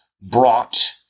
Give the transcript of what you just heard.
brought